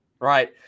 right